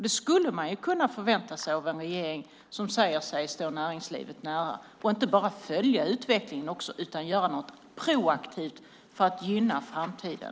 Det skulle man kunna förvänta sig av en regering som säger sig stå näringslivet nära. Den ska inte bara följa utvecklingen utan göra något proaktivt för att gynna framtiden.